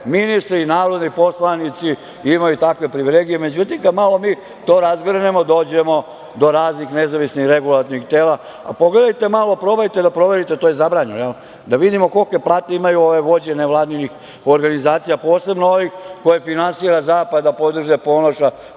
ministri i narodni poslanici imaju takve privilegije, međutim kada mi to malo razgrnemo dođemo do raznih nezavisnih regulatornih tela. Pogledajte malo, probajte da proverite, to je zabranjeno, da vidimo kolike plate imaju ove vođe nevladinih organizacija, posebno ovih koje finansira zapad, da podrže Ponoša,